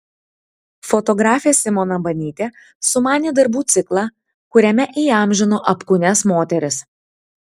fotografė simona banytė sumanė darbų ciklą kuriame įamžino apkūnias moteris